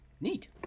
neat